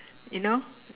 you know